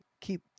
keep